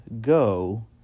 go